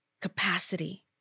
capacity